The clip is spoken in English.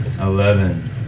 Eleven